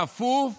כפוף